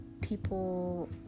people